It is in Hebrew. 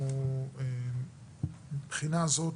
מבחינה זו,